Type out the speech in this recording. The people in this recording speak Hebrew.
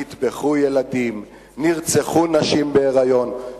נטבחו ילדים, נרצחו נשים בהיריון.